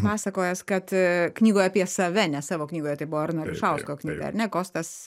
pasakojęs kad knygoje apie save ne savo knygoje tai buvo arno ališausko knyga ar ne kostas